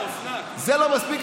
שלו.